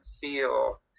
feel